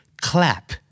clap